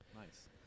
Nice